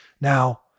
now